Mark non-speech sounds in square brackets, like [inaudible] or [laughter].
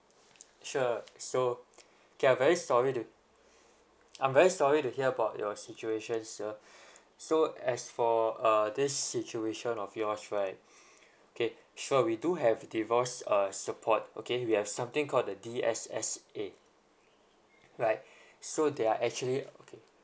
sure so K I'm very sorry to I'm very sorry to hear about your situation sir [breath] so as for uh this situation of yours right [breath] okay sure we do have divorce uh support okay we have something called the D S S A right [breath] so they are actually okay